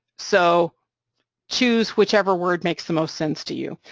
so choose whichever word makes the most sense to you,